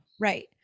Right